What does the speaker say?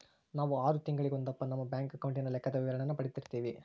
ನಾವು ಆರು ತಿಂಗಳಿಗೊಂದಪ್ಪ ನಮ್ಮ ಬ್ಯಾಂಕ್ ಅಕೌಂಟಿನ ಲೆಕ್ಕದ ವಿವರಣೇನ ಪಡೀತಿರ್ತೀವಿ